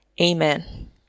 Amen